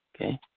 Okay